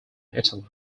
italy